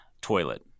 toilet